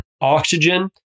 Oxygen